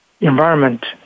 environment